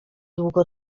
długo